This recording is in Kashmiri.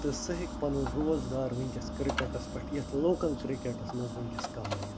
تہٕ سُہ ہیٚکہِ پنُن روزگار وُنٛکیٚس کِرکٹس پٮ۪ٹھ یتھ لوکل کِرکٹس منٛز وُنٛکیٚس کمٲیِتھ